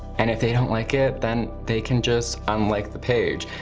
and if they don't like it, then they can just unlike the page,